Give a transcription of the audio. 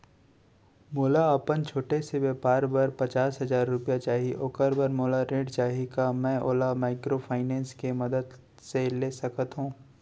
मोला अपन छोटे से व्यापार बर पचास हजार रुपिया चाही ओखर बर मोला ऋण चाही का मैं ओला माइक्रोफाइनेंस के मदद से ले सकत हो?